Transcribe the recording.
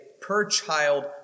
per-child